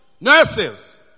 Nurses